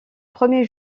premiers